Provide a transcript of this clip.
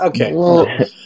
Okay